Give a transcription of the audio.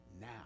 now